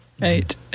Right